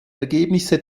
ergebnisse